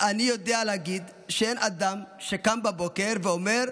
אני יודע להגיד שאין אדם שקם בבוקר ואומר: